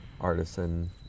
artisan